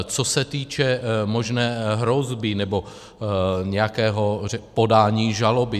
Co se týče možné hrozby, nebo nějakého podání žaloby.